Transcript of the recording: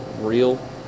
real